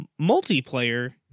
multiplayer